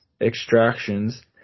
Extractions